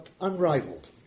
unrivaled